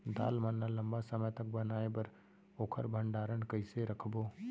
दाल मन ल लम्बा समय तक बनाये बर ओखर भण्डारण कइसे रखबो?